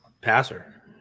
passer